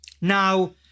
Now